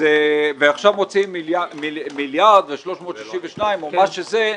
ועכשיו מוצאים 1.362 מיליארד או מה שזה,